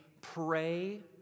pray